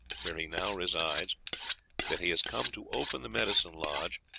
where he now resides that he has come to open the medicine lodge,